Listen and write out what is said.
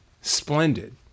splendid